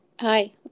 Hi